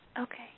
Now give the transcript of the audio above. Okay